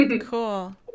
Cool